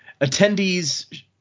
attendees